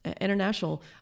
international